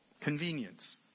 Convenience